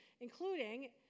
including